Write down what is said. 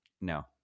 no